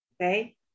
Okay